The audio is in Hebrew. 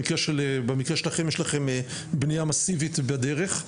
במקרה שלכם יש לכם בנייה מאסיבית בדרך,